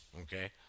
okay